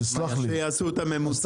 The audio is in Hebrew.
תסלח לי --- שיעשו את הממוצע.